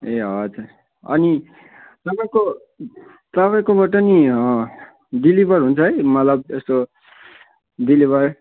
ए हजुर अनि तपाईँको तपाईँकोबाट नि डेलिभर हुन्छ है मतलब यस्तो डेलिभर